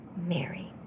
Mary